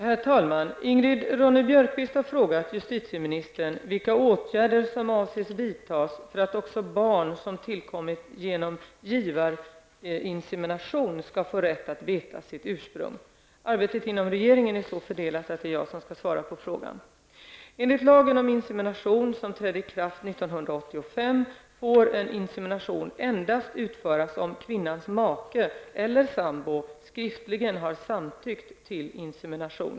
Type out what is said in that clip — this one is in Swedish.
Herr talman! Ingrid Ronne-Björkqvist har fråga justitieministern vilka åtgärder som avses vidtas för att också barn som tillkommit genom givarinsemination skall få rätt att veta sitt ursprung. Arbetet inom regeringen är så fördelat att det är jag som skall svara på frågan.